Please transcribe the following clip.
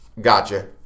Gotcha